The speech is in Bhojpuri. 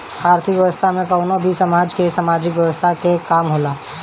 आर्थिक व्यवस्था में कवनो भी समाज के सामाजिक व्यवस्था के काम होला